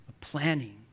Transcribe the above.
planning